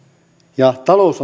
ja talous